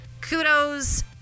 kudos